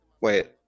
Wait